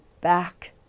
back